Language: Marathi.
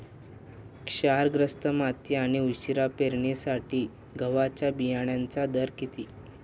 क्षारग्रस्त माती आणि उशिरा पेरणीसाठी गव्हाच्या बियाण्यांचा दर किती?